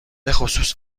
بخصوص